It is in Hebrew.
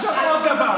עכשיו, עוד דבר,